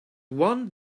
one